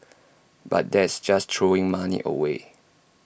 but that's just throwing money away